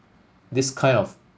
this kind of